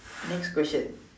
next question